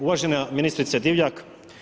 Uvažena ministrice Divjak.